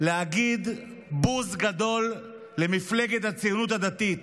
להגיד בוז גדול למפלגת הציונות הדתית.